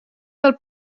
del